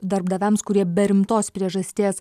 darbdaviams kurie be rimtos priežasties